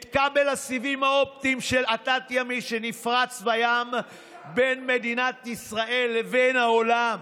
את כבל הסיבים האופטיים התת-ימי שנפרס בים בין מדינת ישראל לבין העולם,